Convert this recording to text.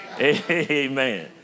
Amen